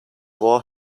war